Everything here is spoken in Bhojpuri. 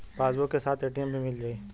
पासबुक के साथ ए.टी.एम भी मील जाई?